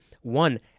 One